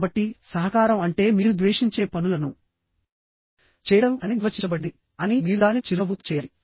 కాబట్టి సహకారం అంటే మీరు ద్వేషించే పనులను చేయడం అని నిర్వచించబడింది కానీ మీరు దానిని చిరునవ్వుతో చేయాలి